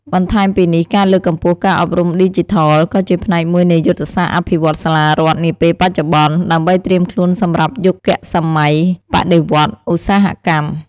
បន្ថែមពីនេះ ការលើកកម្ពស់ការអប់រំឌីជីថល ក៏ជាផ្នែកមួយនៃយុទ្ធសាស្ត្រអភិវឌ្ឍន៍សាលារដ្ឋនាពេលបច្ចុប្បន្ន ដើម្បីត្រៀមខ្លួនសម្រាប់យុគសម័យបដិវត្តន៍ឧស្សាហកម្ម។